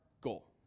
goal